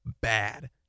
bad